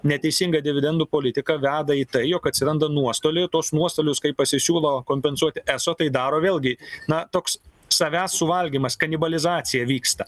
neteisinga dividendų politika veda į tai jog atsiranda nuostoliai tuos nuostolius kai pasisiūlo kompensuoti eso tai daro vėlgi na toks savęs suvalgymas kanibalizacija vyksta